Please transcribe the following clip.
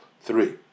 three